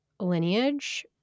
lineage